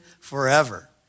forever